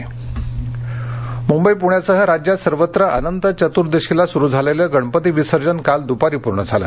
विसर्जन सांगता मुंबईपुण्यासह राज्यात सर्वत्र अनंत चतूर्दशीला सुरू झालेलं गणपती विसर्जन काल दुपारी पूर्ण झालं